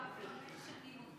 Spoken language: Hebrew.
לפני שנים,